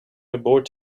abort